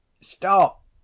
Stop